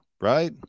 Right